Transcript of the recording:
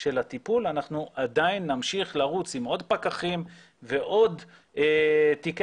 של הטיפול אנחנו עדיין נמשיך לרוץ עם עוד פקחים ועוד תיקי